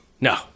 No